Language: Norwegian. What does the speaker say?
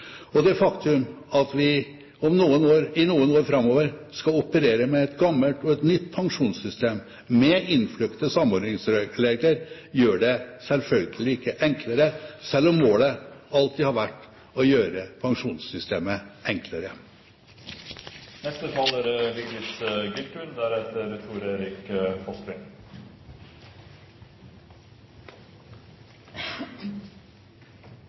pensjonsvalg. Det faktum at vi i noen år framover skal operere med et gammelt og et nytt pensjonssystem, med innfløkte samordningsregler, gjør det selvfølgelig ikke enklere, selv om målet alltid har vært å gjøre pensjonssystemet enklere. Fremskrittspartiet baserer seg på en helhetstenkning som kan hindre at folk blir langtidssyke og ender opp som uføretrygdet, og oppskriften er